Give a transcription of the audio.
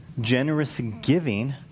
generous-giving